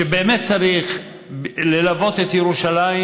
שצריך ללוות את ירושלים.